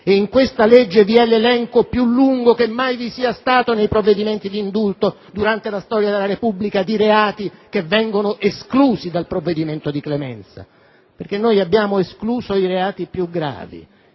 In questa legge vi è l'elenco più lungo che mai vi sia stato nei provvedimenti d'indulto, durante la storia della Repubblica, di reati che vengono esclusi dal provvedimento di clemenza. Abbiamo infatti escluso i reati più gravi,